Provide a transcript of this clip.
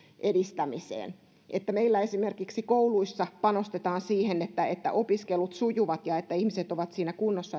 edistämiseen että meillä esimerkiksi kouluissa panostetaan siihen että että opiskelut sujuvat ja että ihmiset meidän nuoret ja lapset ovat siinä kunnossa